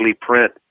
print